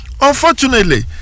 Unfortunately